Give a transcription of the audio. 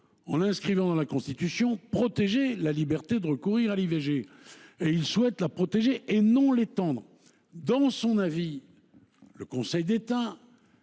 en l’inscrivant dans la Constitution, protéger la liberté de recourir à l’IVG. Il souhaite la protéger et non l’étendre. Dans son avis, le Conseil d’État